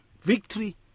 Victory